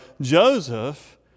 Joseph